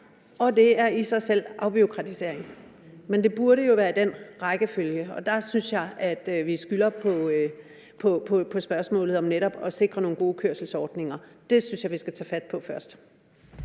og det er i sig selv en afbureaukratisering. Men det burde jo være i den rækkefølge, og i forhold til det spørgsmål synes jeg netop vi skylder at sikre nogle gode kørselsordninger, og det synes jeg vi skal tage fat på først.